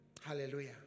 hallelujah